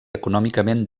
econòmicament